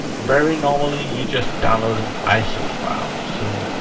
very normally, you just download an iso file. so,